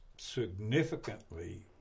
significantly